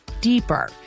deeper